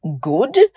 good